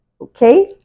Okay